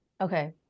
Okay